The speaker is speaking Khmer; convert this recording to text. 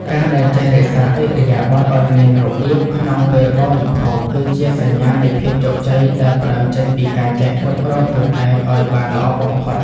ការដែលចេះរក្សាឥរិយាបថឱ្យមានរបៀបក្នុងពេលបរិភោគគឺជាសញ្ញានៃភាពជោគជ័យដែលផ្តើមចេញពីការចេះគ្រប់គ្រងខ្លួនឯងឱ្យបានល្អបំផុត។